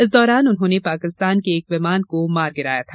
इस दौरान उन्होंने पाकिस्तान के एक विमान को मार गिराया था